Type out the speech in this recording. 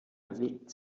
bewegt